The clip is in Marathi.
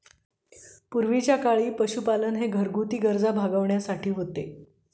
पूर्वीच्या काळी पशुपालन हे घरगुती गरजा भागविण्यासाठी होते